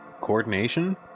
Coordination